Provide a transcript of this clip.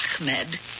Ahmed